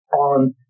on